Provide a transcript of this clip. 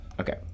Okay